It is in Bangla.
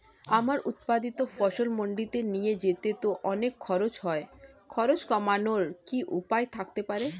আমার উৎপাদিত ফসল মান্ডিতে নিয়ে যেতে তো অনেক খরচ হয় খরচ কমানোর কি উপায় থাকতে পারে?